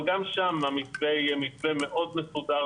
גם שם המתווה יהיה מתווה מאוד מסודר,